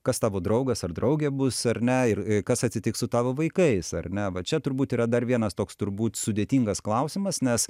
kas tavo draugas ar draugė bus ar ne ir kas atsitiks su tavo vaikais ar ne va čia turbūt yra dar vienas toks turbūt sudėtingas klausimas nes